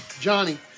Johnny